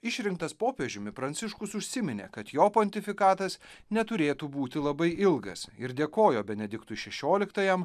išrinktas popiežiumi pranciškus užsiminė kad jo pontifikatas neturėtų būti labai ilgas ir dėkojo benediktui šešioliktajam